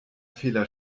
fehler